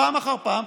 פעם אחר פעם,